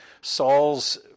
Saul's